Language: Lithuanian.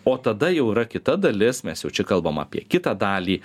o tada jau yra kita dalis mes jau čia kalbam apie kitą dalį